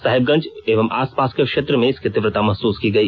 साहिबगंज एवं आसपास के क्षेत्र में इसकी तीव्रता महसूस की गई